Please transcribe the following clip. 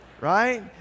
right